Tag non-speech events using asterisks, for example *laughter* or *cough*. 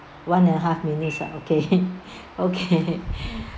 one and a half minutes ah okay *laughs* okay *laughs*